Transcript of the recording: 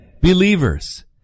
Believers